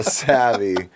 savvy